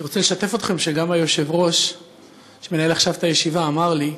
אני רוצה לשתף אתכם שגם היושב-ראש שמנהל עכשיו את הישיבה אמר לי,